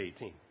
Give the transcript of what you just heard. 18